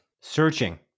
Searching